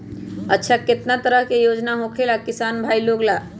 अच्छा कितना तरह के योजना होखेला किसान भाई लोग ला?